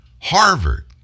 Harvard